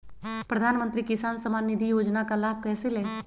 प्रधानमंत्री किसान समान निधि योजना का लाभ कैसे ले?